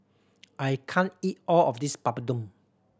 I can't eat all of this Papadum